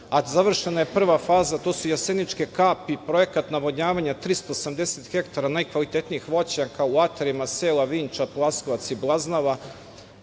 a završena je prva faza. To su „Joseničke kapi“, projekat navodnjavanja 370 hektara najkvalitetnijih voćaka u atarima sela Vinča, Plaskovac i Blaznava